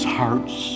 hearts